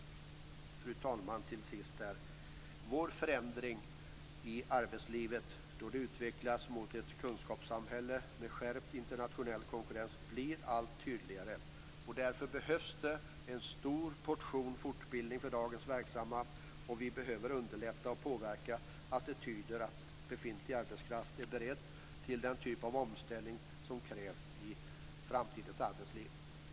Fru talman! Förändringen av arbetslivet då det utvecklas mot ett kunskapssamhälle med skärpt internationell konkurrens blir allt tydligare. Därför behövs det en stor portion fortbildning för dagens verksamma. Vi behöver underlätta och påverka attityder så att befintlig arbetskraft är beredd till den typ av omställning som krävs i framtidens arbetsliv.